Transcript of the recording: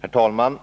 Herr talman!